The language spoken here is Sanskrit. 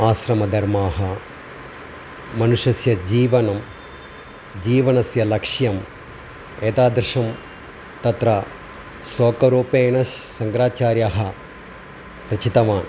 आश्रमधर्मः मनुष्यस्य जीवनं जीवनस्य लक्ष्यं एतादृशं तत्र श्लोकरूपेण शङ्कराचार्यः रचितवान्